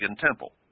temple